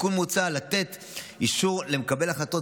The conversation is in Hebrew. בתיקון מוצע לתת אישור למקבל החלטות